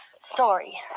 story